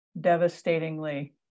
devastatingly